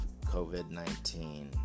COVID-19